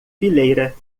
fileira